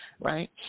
right